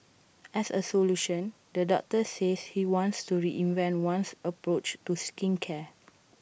as A solution the doctor says he wants to reinvent one's approach to skincare